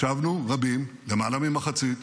השבנו רבים, למעלה ממחצית.